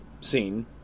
scene